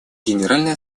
генеральной